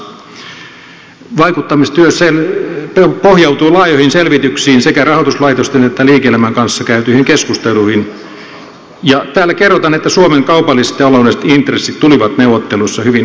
vaikuttamistyö pohjautui laajoihin selvityksiin ja sekä rahoituslaitosten että liike elämän kanssa käytyihin keskusteluihin ja täällä kerrotaan että suomen kaupalliset ja taloudelliset intressit tulivat neuvotteluissa hyvin huomioiduiksi